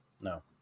No